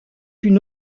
une